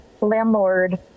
landlord